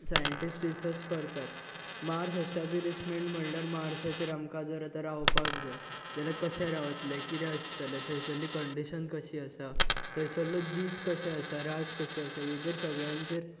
scientist research करतात Mars establishment म्हणल्यार मार्साचेर आमकां जर आतां रावपाक जाय जाल्यार कशें रावतलें किदें आसतलें थंयसल्ली कन्डिशन कशी आसा थंय सरलो दीस कशें आसा रात कशी आसा हेचेर सगळ्यांचेर